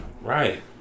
Right